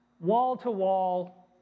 wall-to-wall